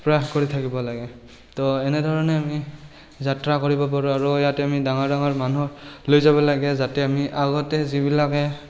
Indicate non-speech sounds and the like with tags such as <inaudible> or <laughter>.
<unintelligible> কৰি থাকিব লাগে তো এনেধৰণে আমি যাত্ৰা কৰিব পাৰোঁ আৰু ইয়াত আমি ডাঙৰ ডাঙৰ মানুহক লৈ যাব লাগে যাতে আমি আগতে যিবিলাকে